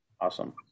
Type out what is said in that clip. Awesome